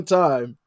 time